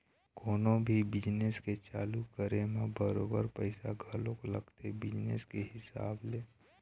कोनो भी बिजनेस के चालू करे म बरोबर पइसा घलोक लगथे बिजनेस के हिसाब ले